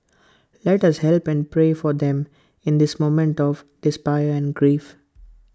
let us help and pray for them in this moment of despair and grief